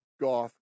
goth